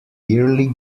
yearly